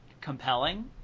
compelling